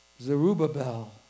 Zerubbabel